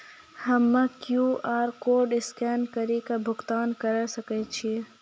हम्मय QR code scan कड़ी के भुगतान करें सकय छियै?